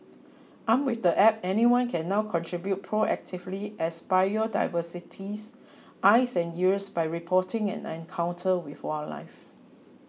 armed with the app anyone can now contribute proactively as biodiversity's eyes and ears by reporting an encounter with wildlife